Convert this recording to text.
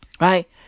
Right